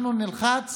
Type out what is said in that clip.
אנחנו נלחץ